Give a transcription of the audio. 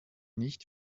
nicht